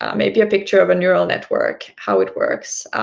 um maybe a picture of a neural network, how it works,